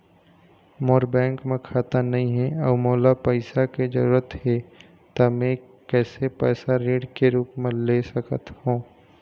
मोर bank म खाता नई हे अउ मोला पैसा के जरूरी हे त मे कैसे पैसा ऋण के रूप म ले सकत हो?